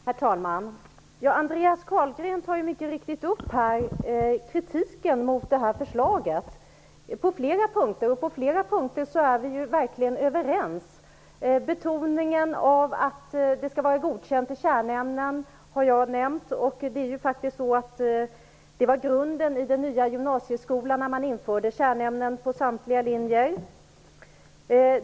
Herr talman! Andreas Carlgren tar mycket riktigt upp den kritik som finns mot förslaget på flera punkter. På flera punkter är vi verkligen överens. Jag har redan nämnt betoningen av att det skall vara godkänt i kärnämnena. Det var ju grunden i den nya gymnasieskolan, då kärnämnena infördes på samtliga linjer.